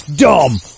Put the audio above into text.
Dumb